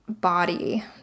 body